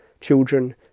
children